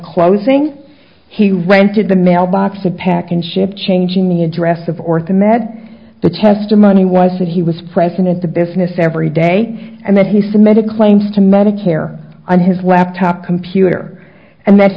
closing he rented the mailbox to pack and ship changing the address of or committed the testimony was that he was present at the business every day and that he submitted claims to medicare on his laptop computer and that's